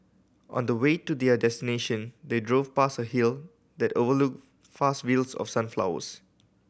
on the way to their destination they drove past a hill that overlooked fast views of sunflowers